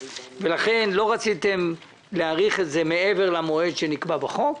ולכן לא רציתם להאריך את זה מעבר למועד שנקבע בחוק,